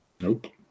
Nope